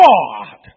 God